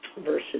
versus